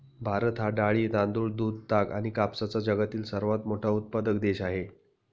भारत हा डाळी, तांदूळ, दूध, ताग आणि कापसाचा जगातील सर्वात मोठा उत्पादक देश आहे